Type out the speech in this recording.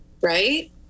Right